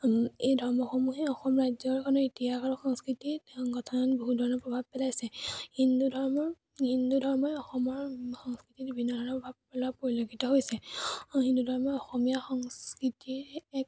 এই ধৰ্মসমূহে অসম ৰাজ্যখনৰ ইতিহাস আৰু সংস্কৃতি গঠনত বহু ধৰণৰ প্ৰভাৱ পেলাইছে হিন্দু ধৰ্মৰ হিন্দু ধৰ্মই অসমৰ সংস্কৃতিত বিভিন্ন ধৰণৰ প্ৰভাৱ পেলোৱা পৰিলক্ষিত হৈছে হিন্দু ধৰ্মই অসমীয়া সংস্কৃতিৰ এক